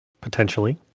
potentially